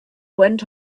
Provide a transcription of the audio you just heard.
went